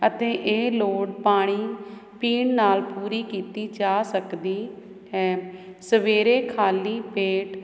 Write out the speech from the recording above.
ਅਤੇ ਇਹ ਲੋੜ ਪਾਣੀ ਪੀਣ ਨਾਲ ਪੂਰੀ ਕੀਤੀ ਜਾ ਸਕਦੀ ਹੈ ਸਵੇਰੇ ਖਾਲੀ ਪੇਟ